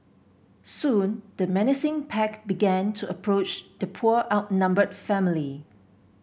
soon the menacing pack began to approach the poor outnumbered family